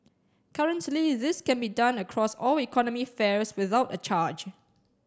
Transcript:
currently this can be done across all economy fares without a charge